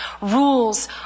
rules